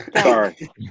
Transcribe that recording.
Sorry